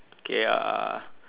K uh